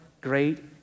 great